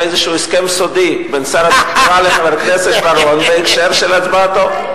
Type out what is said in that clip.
איזה הסכם סודי בין שר התחבורה לחבר הכנסת בר-און בהקשר של הצבעתו.